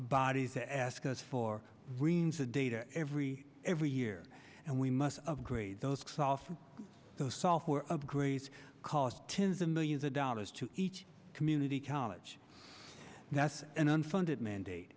bodies to ask us for reams of data every every year and we must of grade those those software upgrades cost tens of millions of dollars to each community college that's an unfunded mandate